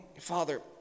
Father